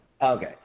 Okay